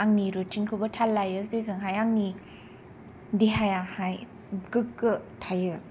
आंनि रुटिनखौबो थाल लायो जेजोंहाय आंनि देहायाहाय गोगो थायो